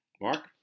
Mark